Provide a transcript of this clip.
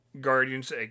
Guardians